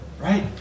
Right